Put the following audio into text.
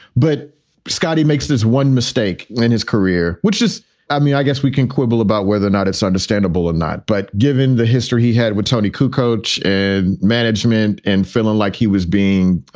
but scottie makes this one mistake in his career, which is i mean, i guess we can quibble about whether or not it's understandable or not. but given the history he had with tony q. coach and management and feeling like he was being,